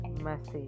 message